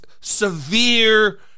severe